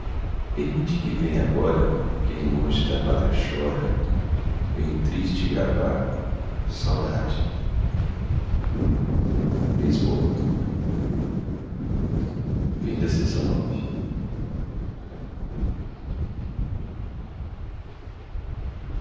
permite que venha agora quem longe da pátria chora bem triste gravar saudade